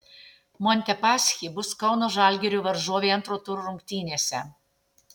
montepaschi bus kauno žalgirio varžovė antro turo rungtynėse